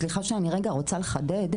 סליחה שאני רגע רוצה לחדד,